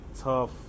tough